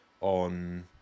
on